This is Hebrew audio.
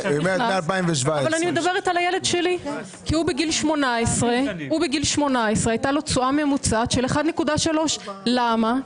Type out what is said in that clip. כי בגיל 18 הייתה לו תשואה ממוצעת של 1.3, למה?